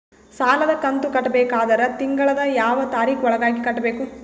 ಸಾಲದ ಕಂತು ಕಟ್ಟಬೇಕಾದರ ತಿಂಗಳದ ಯಾವ ತಾರೀಖ ಒಳಗಾಗಿ ಕಟ್ಟಬೇಕು?